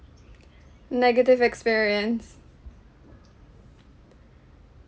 negative experience